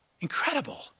Incredible